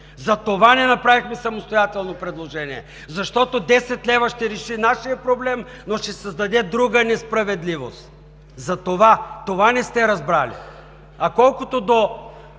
Затова не направихме самостоятелно предложение – защото 10 лв. ще реши нашия проблем, но ще създаде друга несправедливост! Затова! Това не сте разбрали! А колкото до